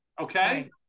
okay